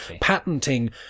patenting